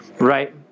right